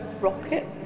rocket